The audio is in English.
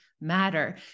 matter